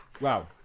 Wow